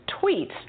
tweets